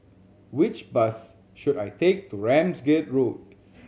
which bus should I take to Ramsgate Road